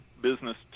business